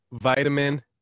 Vitamin